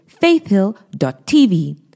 faithhill.tv